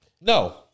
No